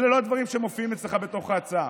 אלה לא דברים שמופיעים אצלך בתוך ההצעה.